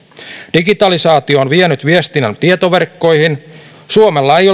digitalisaatio on vienyt viestinnän tietoverkkoihin suomella ei